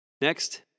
Next